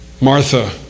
Martha